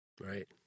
Right